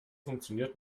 funktioniert